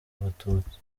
abatutsi